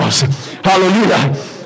Hallelujah